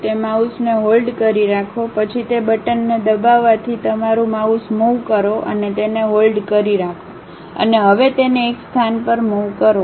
તે માઉસને હોલ્ડ કરી રાખો પછી તે બટનને દબાવવાથી તમારું માઉસ મુવ કરો અને તેને હોલ્ડ કરી રાખો અને હવે તેને એક સ્થાન પર મુવ કરો